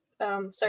Sorry